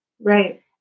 Right